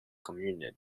communes